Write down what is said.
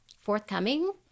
forthcoming